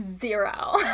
zero